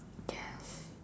yes